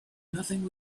nothing